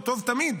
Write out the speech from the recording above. הוא טוב תמיד,